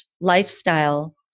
lifestyle